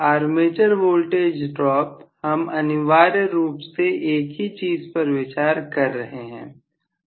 armature voltage drop हम अनिवार्य रूप से एक ही चीज पर विचार कर रहे हैं